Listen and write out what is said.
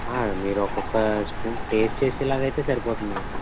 మీరు ఒక్కొక్క spoon taste చేసేలాగయితే సరిపోతుందిలెండి